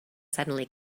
suddenly